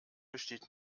besteht